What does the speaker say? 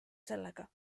sellega